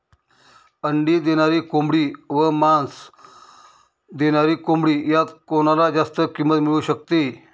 अंडी देणारी कोंबडी व मांस देणारी कोंबडी यात कोणाला जास्त किंमत मिळू शकते?